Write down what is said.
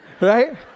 right